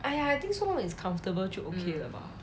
I I think as long as is comfortable 就 okay 了吧